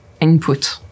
input